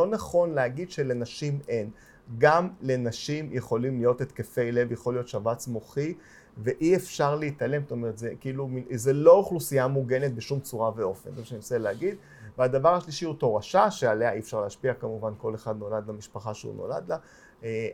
לא נכון להגיד שלנשים אין, גם לנשים יכולים להיות התקפי לב, יכול להיות שבץ מוחי, ואי אפשר להתעלם, זאת אומרת זה כאילו, זה לא אוכלוסייה מוגנת בשום צורה ואופן, זה מה שאני מנסה להגיד. והדבר השלישי הוא תורשה, שעליה אי אפשר להשפיע כמובן, כל אחד נולד במשפחה שהוא נולד לה,